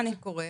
למה זה קורה?